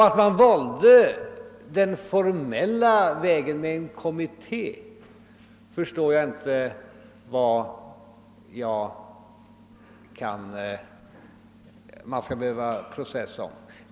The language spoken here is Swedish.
Att vi valde den formella vägen med en kommitté förstår jag inte att man kan processa om.